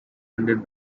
handed